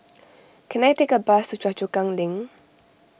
can I take a bus to Choa Chu Kang Link